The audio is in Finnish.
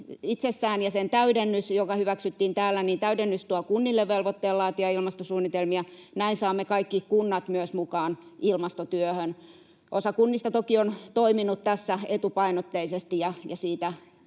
itsessään ja sen täydennys, joka hyväksyttiin täällä, tuovat kunnille velvoitteen laatia ilmastosuunnitelmia. Näin saamme myös kaikki kunnat mukaan ilmastotyöhön. Osa kunnista toki on toiminut tässä etupainotteisesti, ja siitä